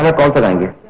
ah pocket. engine